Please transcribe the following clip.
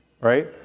Right